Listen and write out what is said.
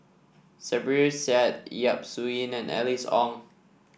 Zubir Said Yap Su Yin and Alice Ong